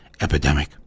epidemic